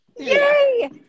Yay